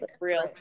real